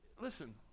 Listen